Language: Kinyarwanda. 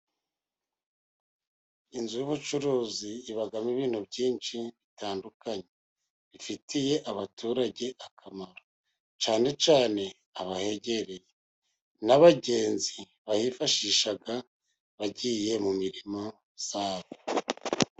Inzu y'ubucuruzi ibamo ibintu byinshi bitandukanye . Ifitiye abaturage akamaro ,cyane cyane abayegereye n'abagenzi bayifashisha bagiye mu mirimo zabo.